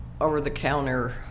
over-the-counter